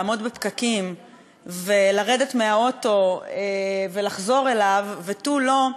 לעמוד בפקקים ולרדת מהאוטו ולחזור אליו ותו לא,